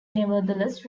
nevertheless